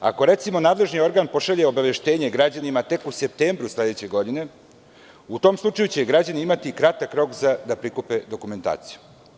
Ako recimo nadležni organ pošalje obaveštenje građanima tek u septembru sledeće godine, u tom slučaju će građani imati kratak rok da prikupe dokumentaciju.